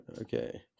Okay